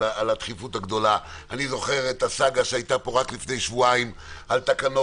אני זוכר את הסאגה שהייתה פה רק לפני שבועיים על תקנות